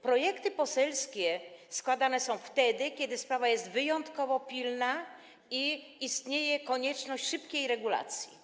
Projekty poselskie składane są wtedy, kiedy sprawa jest wyjątkowo pilna i istnieje konieczność szybkiej regulacji.